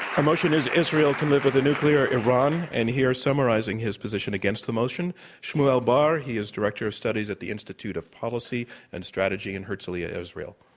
our motion is israel can live with a nuclear iran. and here, summarizing his position against the motion shmuel bar. he is director of studies at the institute of policy and strategy in herzliya, israel.